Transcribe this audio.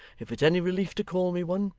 if it's any relief to call me one,